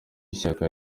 ishyaka